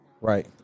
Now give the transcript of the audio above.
right